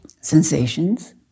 sensations